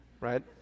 right